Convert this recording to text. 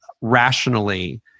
rationally